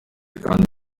kandi